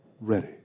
ready